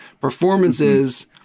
performances